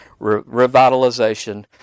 revitalization